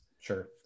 Sure